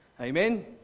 Amen